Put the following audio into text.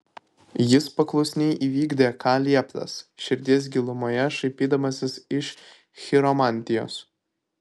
jis paklusniai įvykdė ką lieptas širdies gilumoje šaipydamasis iš chiromantijos